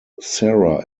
sarah